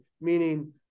meaning